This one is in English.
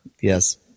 yes